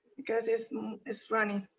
because it's it's running.